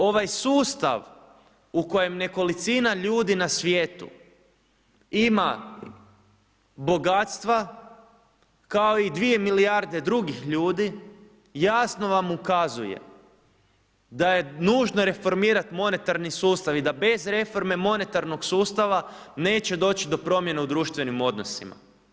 Ovaj sustav u kojem nekolicina ljudi na svijetu ima bogatstva kao i 2 milijarde drugih ljudi jasno vam ukazuje da je nužno reformirati monetarni sustav i da bez reforme monetarnog sustava neće doći do promjene u društvenim odnosima.